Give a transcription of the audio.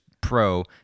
Pro